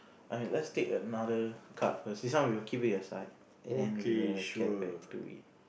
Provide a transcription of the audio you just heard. alright let's take another card first this one we'll keep it aside and then we'll get back to it